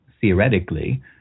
theoretically